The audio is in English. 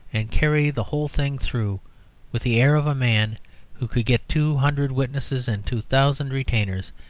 and carry the whole thing through with the air of a man who could get two hundred witnesses and two thousand retainers,